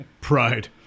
pride